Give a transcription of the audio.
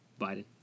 Biden